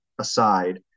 aside